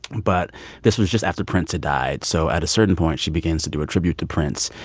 but this was just after prince had died. so at a certain point, she begins to do a tribute to prince.